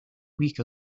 week